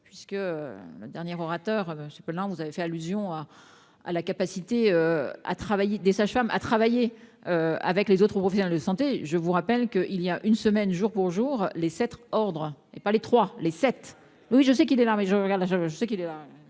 puisque le dernier orateur, je sais pas, là, vous avez fait allusion à la capacité à travailler des sages-femmes à travailler avec les autres provient de santé, je vous rappelle que, il y a une semaine jour pour jour, les cet ordre et pas les trois, les sept oui, je sais qu'il est là, mais je regarde là je je sais qu'il est là,